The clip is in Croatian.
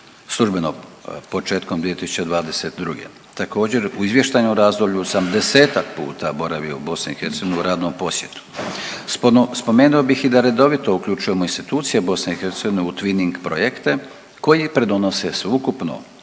službeno početkom 2022. Također, u izvještajnom razdoblju sam 10-ak puta boravio u BiH u radnom posjetu. Spomenuo bih i da redovito uključujemo institucije BiH u Twinning projekte koji pridonose sveukupno